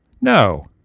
No